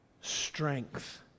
Strength